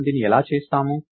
మనము దీన్ని ఇలా చేస్తాము